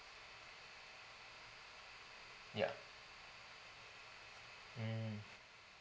ya mm